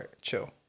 chill